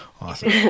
awesome